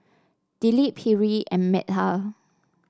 Dilip Hri and Medha